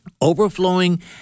overflowing